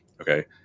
Okay